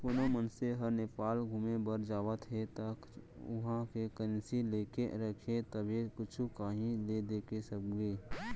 कोनो मनसे ह नेपाल घुमे बर जावत हे ता उहाँ के करेंसी लेके रखबे तभे कुछु काहीं ले दे सकबे